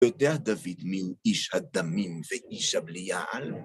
יודע דוד מיהו איש הדמים ואיש הבליעל?